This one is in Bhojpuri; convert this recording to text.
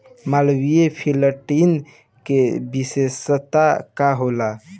मालवीय फिफ्टीन के विशेषता का होला?